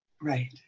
Right